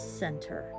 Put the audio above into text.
center